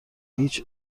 هیچ